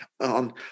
on